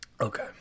Okay